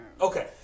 Okay